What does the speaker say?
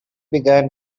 began